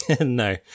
no